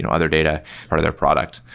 and other data part of their product.